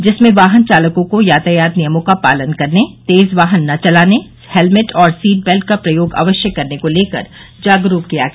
जिसमें वाहन चालकों को यातायात नियमों का पालन करने तेज वाहन न चलाने हेलमेट और सीटबेल्ट का प्रयोग अवश्य करने को लेकर जागरूक किया गया